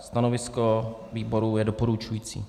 Stanovisko výboru je doporučující.